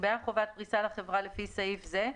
נקבעה חובת פריסה לחברה לפי סעיף זה,